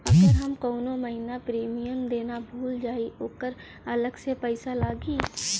अगर हम कौने महीने प्रीमियम देना भूल जाई त ओकर अलग से पईसा लागी?